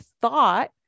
thought